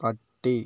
പട്ടി